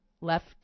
left